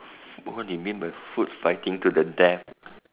what you mean by food fighting to the death